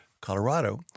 Colorado